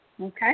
okay